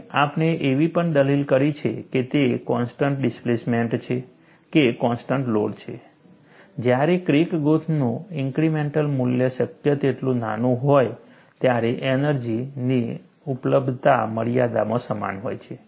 અને આપણે એવી પણ દલીલ કરી છે કે તે કોન્સ્ટન્ટ ડિસ્પ્લેસમેંટ છે કે કોન્સ્ટન્ટ લોડ છે જ્યારે ક્રેક ગ્રોથનું ઇન્ક્રિમેન્ટલ મૂલ્ય શક્ય તેટલું નાનું હોય ત્યારે એનર્જીની ઉપલબ્ધતા મર્યાદામાં સમાન હોય છે